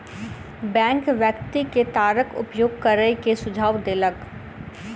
bank व्यक्ति के तारक उपयोग करै के सुझाव देलक